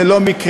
זה לא מקרה,